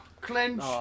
Clench